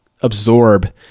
absorb